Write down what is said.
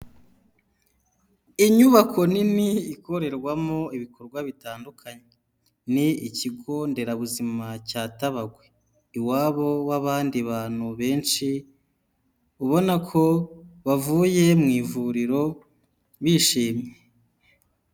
Inyubako nini ikorerwamo ibikorwa bitandukanye, ni ikigo nderabuzima cya Tabagwe iwabo w'abandi bantu benshi, ubona ko bavuye mu ivuriro bishimye.